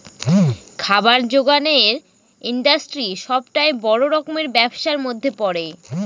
খাবার জোগানের ইন্ডাস্ট্রি সবটাই বড় রকমের ব্যবসার মধ্যে পড়ে